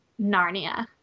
Narnia